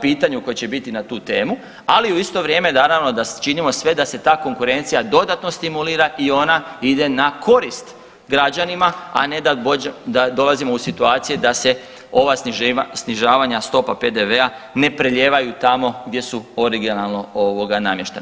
pitanju koje će biti na tu temu, ali u isto vrijeme naravno da se činimo sve da se ta konkurencija dodatno stimulira i ona ide na korist građanima, a ne da dolazimo u situacije da se ova snižavanja stopa PDV-a ne prelijevaju tamo gdje su originalno namještena.